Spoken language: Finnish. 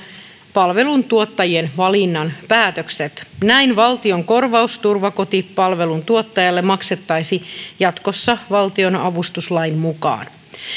palveluntuottajien valinnan päätökset näin valtion korvaus turvakotipalvelun tuottajalle maksettaisiin jatkossa valtionavustuslain mukaan